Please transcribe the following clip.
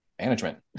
management